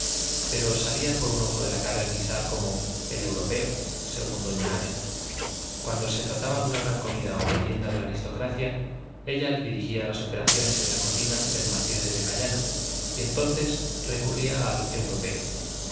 pero salía por un ojo de la cara el guisar como el europeo según doña águeda cuando se trataba de una gran comida o merienda de la aristocracia ella dirigía las operaciones en la cocina del marqués de vegallana y entonces recurría al europeo